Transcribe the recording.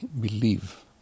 believe